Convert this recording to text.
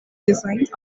designs